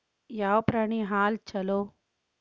ಯಾವ ಪ್ರಾಣಿ ಹಾಲು ಛಲೋ?